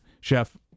Chef